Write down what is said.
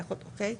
אוקיי?